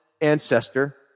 ancestor